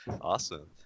Awesome